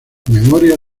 memoria